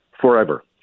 forever